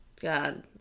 god